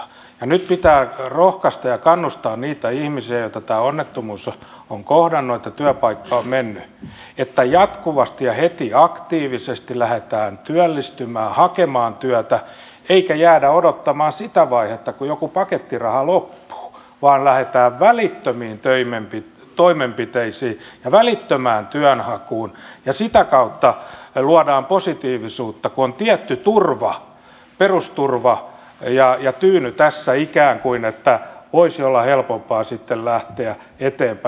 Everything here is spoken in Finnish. ja nyt pitää rohkaista ja kannustaa niitä ihmisiä joita tämä onnettomuus on kohdannut se että työpaikka on mennyt että jatkuvasti ja heti aktiivisesti lähdetään työllistymään hakemaan työtä eikä jäädä odottamaan sitä vaihetta kun jokin pakettiraha loppuu vaan lähdetään välittömiin toimenpiteisiin ja välittömään työnhakuun ja sitä kautta luodaan positiivisuutta kun on tietty turva perusturva ja ikään kuin tyyny tässä että voisi olla helpompaa sitten lähteä eteenpäin